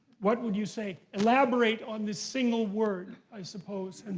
what would you say, elaborate on this single word, i suppose. and